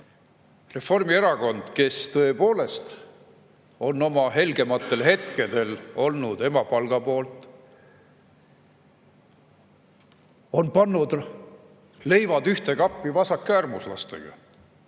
Reformierakond, kes tõepoolest on oma helgematel hetkedel olnud emapalga poolt, on pannud leivad ühte kappi vasakäärmuslastega